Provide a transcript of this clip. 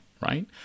right